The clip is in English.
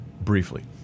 briefly